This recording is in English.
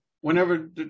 whenever